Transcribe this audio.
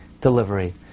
delivery